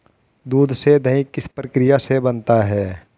दूध से दही किस प्रक्रिया से बनता है?